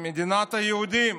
"מדינת היהודים".